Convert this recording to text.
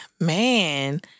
man